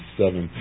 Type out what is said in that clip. seven